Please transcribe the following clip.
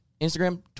Instagram